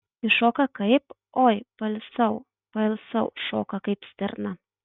ji šoka kaip oi pailsau pailsau šoka kaip stirna